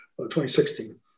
2016